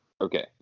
okay